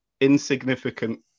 insignificant